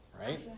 right